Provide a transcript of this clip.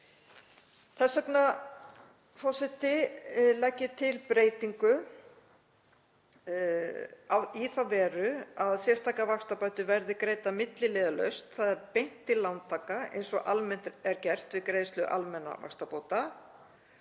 Þess vegna, forseti, legg ég til breytingu í þá veru að sérstakar vaxtabætur verði greiddar milliliðalaust, þ.e. beint til lántaka eins og almennt er gert við greiðslu almennra vaxtabóta